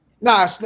Nah